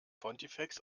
pontifex